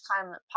climate